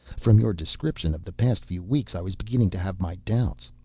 from your description of the past few weeks, i was beginning to have my doubts.